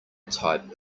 type